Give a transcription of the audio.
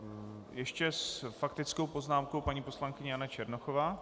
Tak ještě s faktickou poznámkou paní poslankyně Jana Černochová.